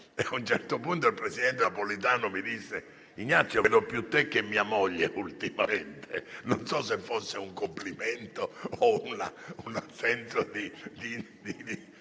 e, a un certo punto, il presidente Napolitano mi disse: «Ignazio, vedo più te che mia moglie, ultimamente». Non posso sapere se fosse un complimento o un'espressione